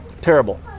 terrible